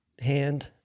hand